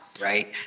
right